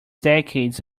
decades